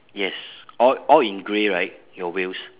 yes all all in grey right your wheels